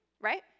right